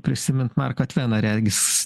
prisimint marką tveną regis